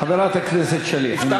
חברת הכנסת שלי יחימוביץ,